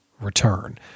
return